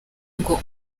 ngo